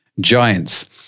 giants